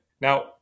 Now